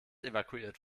evakuiert